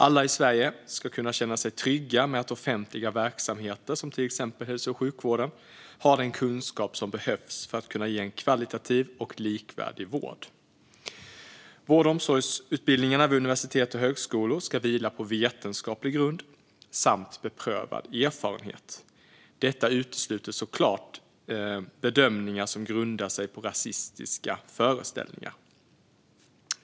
Alla i Sverige ska kunna känna sig trygga med att offentliga verksamheter som till exempel hälso och sjukvården har den kunskap som behövs för att kunna ge en högkvalitativ och likvärdig vård. Vård och omsorgsutbildningarna vid universitet och högskolor ska vila på vetenskaplig grund samt beprövad erfarenhet. Detta utesluter såklart bedömningar som grundar sig på rasistiska föreställningar.